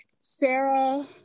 Sarah